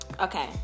Okay